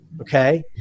okay